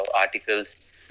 articles